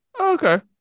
Okay